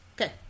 Okay